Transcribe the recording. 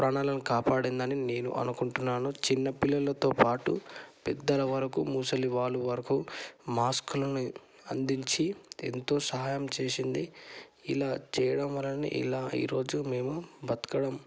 ప్రాణాలను కాపాడిందని నేను అనుకుంటున్నాను చిన్న పిల్లలతో పాటు పెద్దల వరకు ముసలి వాళ్ళు వరకు మాస్కులని అందించి ఎంతో సహాయం చేసింది ఇలా చేయడం వలన ఇలా ఈ రోజు మేము బతకడం